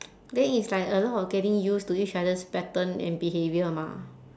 then it's like a lot of getting used to each other's pattern and behaviour mah